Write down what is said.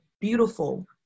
beautiful